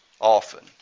often